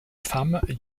femme